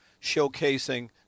showcasing –